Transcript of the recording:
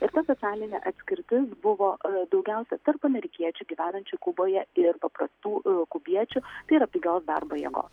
ir ta socialinė atskirtis buvo daugiausia tarp amerikiečių gyvenančių kuboje ir paprastų kubiečių tai yra pigios darbo jėgos